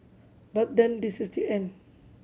but then this is the end